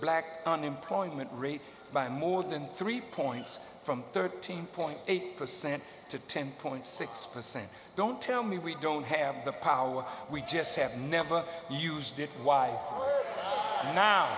black unemployment rate by more and three points from thirteen point eight percent to ten point six percent don't tell me we don't have the power we just have never used it why how